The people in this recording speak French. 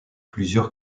plusieurs